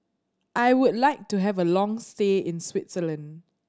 I would like to have a long stay in Switzerland